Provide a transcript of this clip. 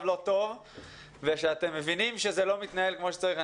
לא טוב ושאתם מבינים שזה לא מתנהל כמו שצריך.